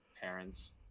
parents